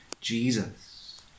Jesus